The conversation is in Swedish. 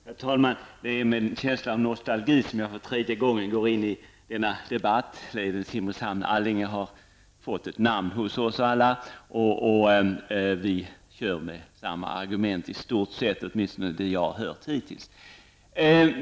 Herr talman! Det är med en känsla av nostalgi som jag för tredje gången deltar i denna debatt. Leden Simrishamn--Allinge har blivit ett begrepp oss alla, och man använder i stort sett samma argument som tidigare.